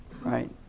right